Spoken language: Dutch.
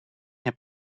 heb